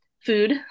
food